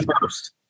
first